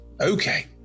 okay